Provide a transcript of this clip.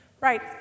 Right